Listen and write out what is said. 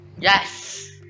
Yes